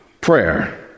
Prayer